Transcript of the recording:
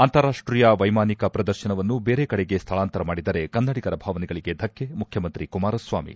ಅಂತಾರಾಷ್ವೀಯ ವೈಮಾನಿಕ ಪ್ರದರ್ಶನವನ್ನು ಬೇರೆ ಕಡೆಗೆ ಸ್ವಳಾಂತರ ಮಾಡಿದರೆ ಕನ್ನಡಿಗರ ಭಾವನೆಗಳಿಗೆ ಧಕ್ಷೆ ಮುಖ್ಖಮಂತ್ರಿ ಕುಮಾರಸ್ವಾಮಿ